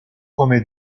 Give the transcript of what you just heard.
come